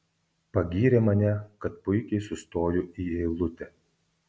pagyrė mane kad puikiai sustoju į eilutę